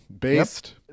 Based